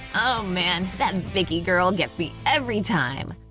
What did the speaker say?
man, that vicky girl gets me every time!